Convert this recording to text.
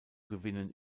gewinnen